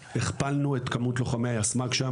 הכפלנו את כמות לוחמי היסמ"ג בחטיבה הטקטית.